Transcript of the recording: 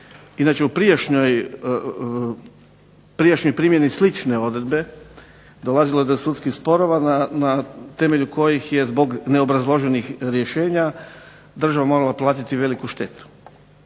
inače u prijašnjoj primjeni slične odredbe dolazilo je do sudskih sporova na temelju kojih je zbog neobrazloženih rješenja država morala platiti veliku štetu.